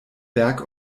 berg